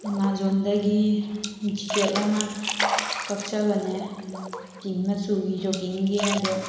ꯑꯦꯃꯥꯖꯣꯟꯗꯒꯤ ꯖꯤꯛꯀꯦꯠ ꯑꯃ ꯀꯛꯆꯕꯅꯦ ꯄꯤꯡ ꯃꯆꯨꯒꯤ ꯖꯣꯀꯤꯡꯒꯤ ꯑꯗꯣ